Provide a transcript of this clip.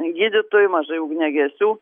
gydytojų mažai ugniagesių